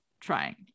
trying